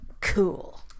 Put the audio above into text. Cool